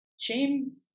shame